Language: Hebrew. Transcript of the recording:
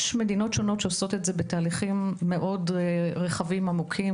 יש מדינות שעושות את זה בתהליכים מאוד רחבים ועמוקים,